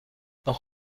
noch